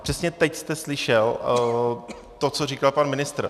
Přesně teď jste slyšel to, co říkal pan ministr.